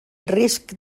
risc